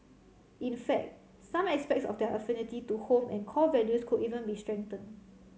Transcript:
in fact some aspects of their affinity to home and core values could even be strengthened